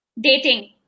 Dating